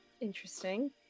Interesting